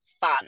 fun